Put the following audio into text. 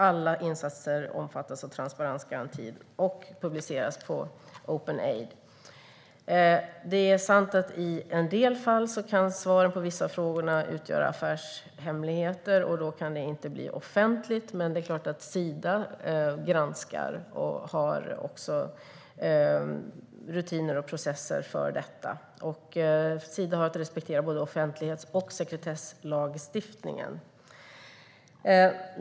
Alla insatser omfattas av transparensgarantin och publiceras på openaid.se. Det är sant att i en del fall kan svaren på vissa av frågorna utgöra affärshemligheter, och då kan det inte bli offentligt. Men det är klart att Sida granskar och har rutiner och processer för detta. Sida har att respektera offentlighets och sekretesslagen.